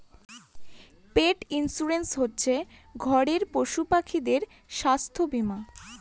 পেট insurance হচ্ছে ঘরের পশুপাখিদের স্বাস্থ্য বীমা